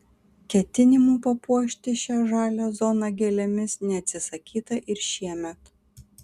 ketinimų papuošti šią žalią zoną gėlėmis neatsisakyta ir šiemet